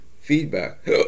feedback